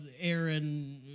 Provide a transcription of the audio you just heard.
Aaron